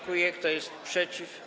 Kto jest przeciw?